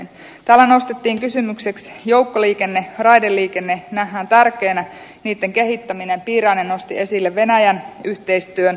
täällä nostettiin kysymykseksi joukkoliikenne raideliikenne nähdään tärkeänä niitten kehittäminen ja piirainen nosti esille venäjän yhteistyön